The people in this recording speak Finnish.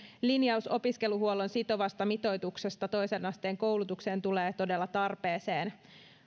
linjaus opiskeluhuollon sitovasta mitoituksesta toisen asteen koulutukseen tulee todella tarpeeseen